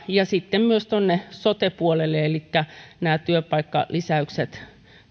ja sitten myös sote puolelle elikkä nämä työpaikkalisäykset